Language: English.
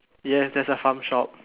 yes there's a farm shop